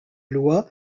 loi